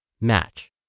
match